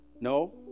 No